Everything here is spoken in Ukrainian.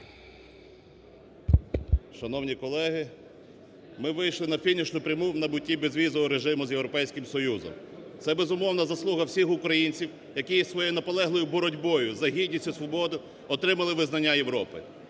Шановні колеги, ми вийшли на фінішну пряму в набутті безвізового режиму з Європейським Союзом. Це, безумовно, заслуга всіх українців, які своєю наполегливою боротьбою за гідність і свободу отримали визнання Європи.